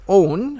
own